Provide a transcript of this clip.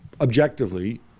Objectively